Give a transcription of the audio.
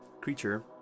creature